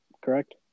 Correct